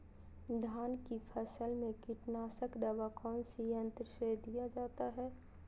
धान की फसल में कीटनाशक दवा कौन सी यंत्र से दिया जाता है?